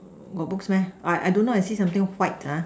got books meh I I don't know I see something white ah